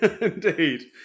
Indeed